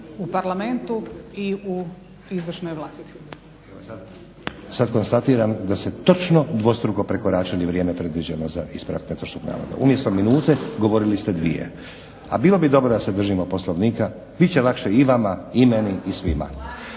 u Parlamentu i u izvršnoj vlasti. **Stazić, Nenad (SDP)** Sada konstatiram da ste točno dvostruko prekoračili vrijeme predviđeno za ispravak netočnog navoda. Umjesto minute govorili ste dvije. A bilo bi dobro da se držimo Poslovnika, bit će lakše i vama i meni i svima.